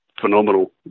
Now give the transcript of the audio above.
phenomenal